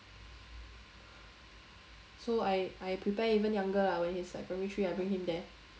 so I I prepare even young ah when he's primary three I bring him there